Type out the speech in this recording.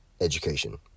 education